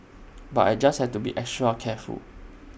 but I just have to be extra careful